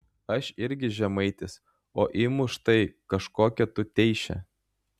aš irgi žemaitis o imu štai kažkokią tuteišę